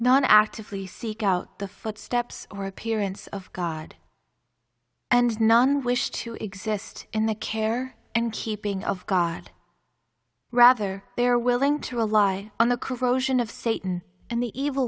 not actively seek out the footsteps or appearance of god and none wish to exist in the care and keeping of god rather they are willing to ally on the corrosion of satan an